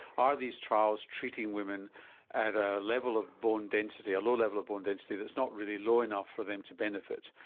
are these trials treating women at a level of bone density, a low level of bone density that's not really low enough for them to benefit,